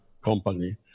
company